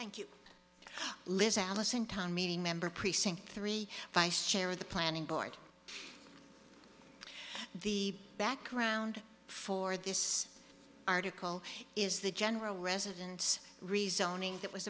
thank you liz allison tom meeting member precinct three vice chair of the planning board the background for this article is the general residence rezoning that was